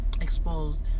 Exposed